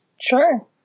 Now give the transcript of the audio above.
Sure